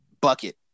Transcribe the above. bucket